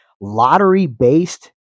lottery-based